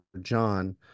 John